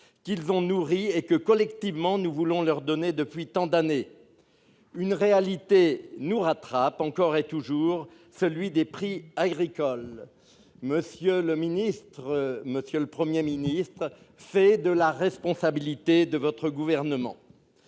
qu'ils ont nourries et que, collectivement, nous voulons leur donner depuis tant d'années. Une réalité nous rattrape encore et toujours : celle des prix agricoles. Monsieur le ministre, monsieur le Premier ministre, elle relève de la responsabilité de votre Gouvernement